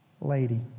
lady